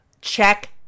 check